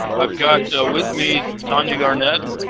i've got with me tonya garnet.